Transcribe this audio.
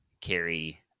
carry